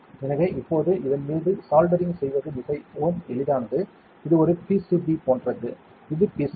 எனவே இப்போது இதன் மீது சால்டரிங் செய்வது மிகவும் எளிதானது இது ஒரு பிசிபி போன்றது இது பிசிபி